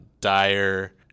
dire